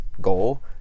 goal